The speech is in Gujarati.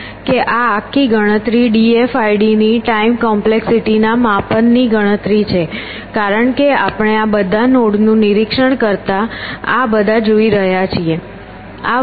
કે આ આખી ગણતરી d f i d ની ટાઈમ કોમ્પ્લેક્સિટીના માપનની ગણતરી છે કારણ કે આપણે આ બધા નોડ નું નિરીક્ષણ કરતા આ બધા જોઈ રહ્યા છીએ